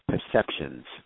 perceptions